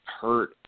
hurt